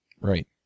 Right